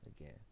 again